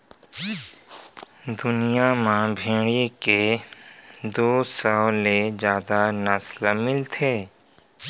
दुनिया म भेड़ी के दू सौ ले जादा नसल मिलथे